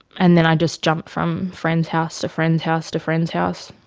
and then i just jumped from friend's house to friend's house to friend's house.